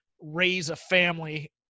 raise-a-family